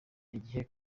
igihe